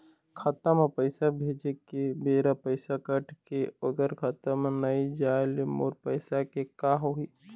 खाता म पैसा भेजे के बेरा पैसा कट के ओकर खाता म नई जाय ले मोर पैसा के का होही?